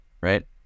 right